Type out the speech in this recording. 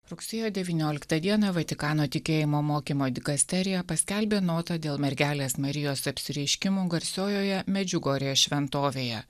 rugsėjo devynioliktą dieną vatikano tikėjimo mokymo dikasterija paskelbė notą dėl mergelės marijos apsireiškimų garsiojoje medžiugorjės šventovėje